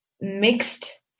mixed